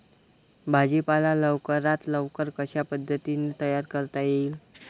भाजी पाला लवकरात लवकर कशा पद्धतीने तयार करता येईल?